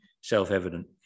self-evident